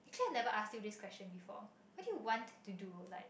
actually I never ask you this question before what do you want to do like